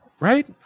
Right